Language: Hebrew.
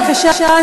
בבקשה,